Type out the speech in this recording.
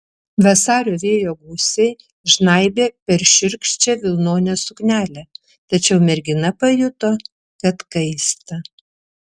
vasario vėjo gūsiai žnaibė per šiurkščią vilnonę suknelę tačiau mergina pajuto kad kaista